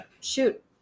shoot